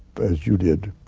as you did,